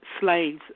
slaves